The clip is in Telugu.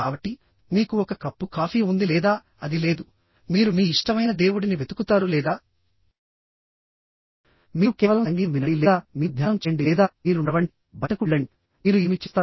కాబట్టి మీకు ఒక కప్పు కాఫీ ఉంది లేదా అది లేదు మీరు మీ ఇష్టమైన దేవుడిని వెతుకుతారు లేదా మీరు కేవలం సంగీతం వినండి లేదా మీరు ధ్యానం చేయండి లేదా మీరు నడవండి బయటకు వెళ్లండి మీరు ఏమి చేస్తారు